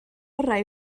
orau